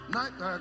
Night